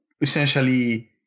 essentially